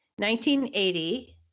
1980